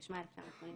התשמ"א-1981,